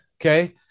Okay